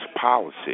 policy